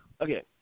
okay